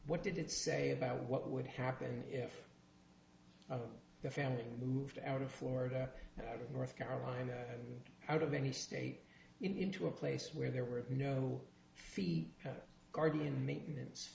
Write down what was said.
what did it say about what would happen if the family moved out of florida north carolina out of any state into a place where there were no fees guardian maintenance